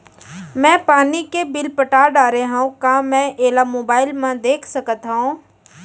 मैं पानी के बिल पटा डारे हव का मैं एला मोबाइल म देख सकथव?